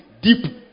deep